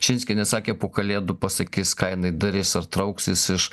širinskienė sakė po kalėdų pasakys ką jinai darys ar trauksis iš